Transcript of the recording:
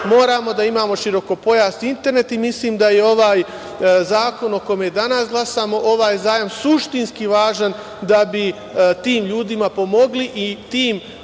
moramo da imamo širokopojasni internet i mislim da je ovaj zakon o kome danas glasamo, ovaj zajam, suštinski važan da bi tim ljudima pomogli i tim